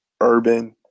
urban